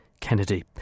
Kennedy